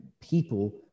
people